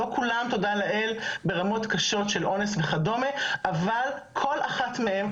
לא כולם תודה לאל ברמות קשות של אונס וכד' אבל כל אחת מהן,